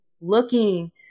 looking